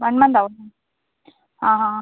one month ആവും ആ ഹാ ഹാ